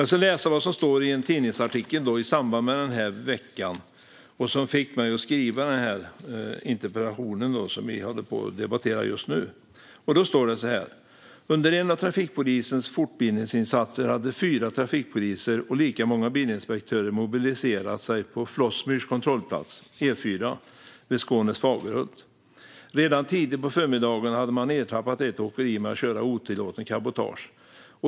Jag ska läsa vad det stod i en tidningsartikel i samband med veckan, vilket fick mig att skriva den interpellation som vi debatterar just nu: "Under en av trafikpolisens fortbildningsinsatser hade fyra trafikpoliser och lika många bilinspektörer mobiliserat sig på Flåssmyrs kontrollplats vid Skånes Fagerhult. Redan tidigt på förmiddagen hade man ertappat ett åkeri med att köra otillåtet cabotage.